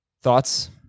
Thoughts